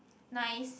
nice